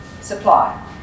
supply